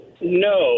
no